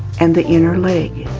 and the inner leg.